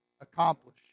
accomplish